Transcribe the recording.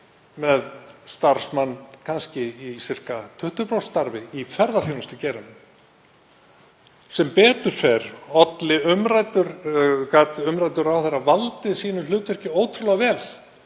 með starfsmann í kannski sirka 20% starfi í ferðaþjónustugeiranum. Sem betur fer gat umræddur ráðherra valdið sínu hlutverki ótrúlega vel,